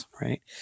right